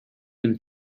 them